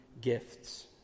gifts